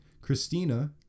Christina